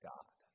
God